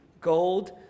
gold